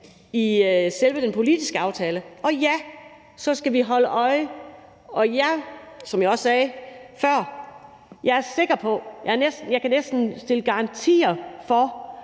i selve den politiske aftale. Og ja, så skal vi holde øje med det. Og ja, som jeg også sagde før, er jeg sikker på og jeg kan næsten stille en garanti for,